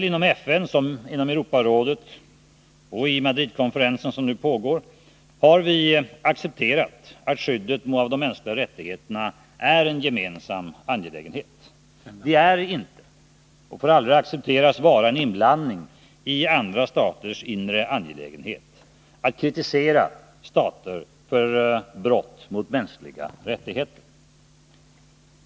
Inom såväl FN som Europarådet och vid den pågående Madridkonferensen har vi accepterat att skyddet av de mänskliga rättigheterna är en gemensam angelägenhet. Det är inte och får aldrig accepteras vara en inblandning i andra staters inre angelägenheter att kritisera stater för brott mot mänskliga rättigheter.